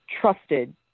trusted